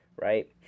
right